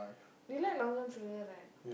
you like Long-John-Silvers right